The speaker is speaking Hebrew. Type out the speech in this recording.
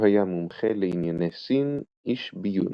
הוא היה מומחה לענייני סין, איש ביון.